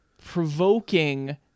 provoking